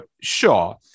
sure